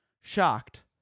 Shocked